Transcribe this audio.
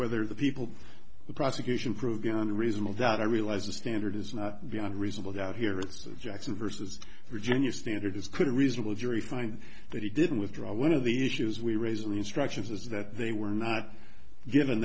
whether the people the prosecution prove beyond a reasonable doubt i realize the standard is not beyond reasonable doubt here in jackson versus virginia standards could reasonable jury find that he didn't withdraw one of the issues we raise in the instructions is that they were not given